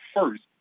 first